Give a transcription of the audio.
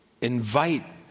invite